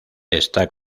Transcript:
está